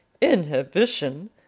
inhibition